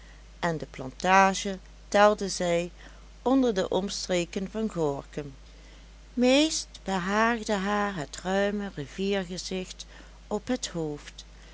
en de plantage telde zij onder de omstreken van gorkum meest behaagde haar het ruime riviergezicht op het hoofd